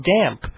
Damp